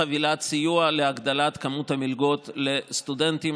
חבילת סיוע להגדלת כמות המלגות לסטודנטים,